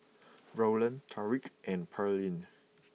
Rowland Tariq and Pearlene